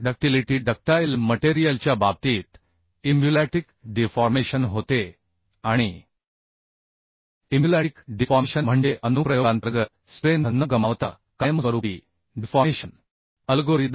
ductility ductile मटेरियलच्या बाबतीत इम्युलॅटिक डिफॉर्मेशन होते आणि इम्युलॅटिक डिफॉर्मेशन म्हणजे अनुप्रयोगांतर्गत स्ट्रेंथ न गमावता कायमस्वरूपी डिफॉर्मेशन अल्गोरिदम